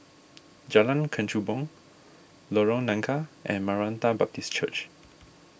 Jalan Kechubong Lorong Nangka and Maranatha Baptist Church